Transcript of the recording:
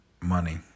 money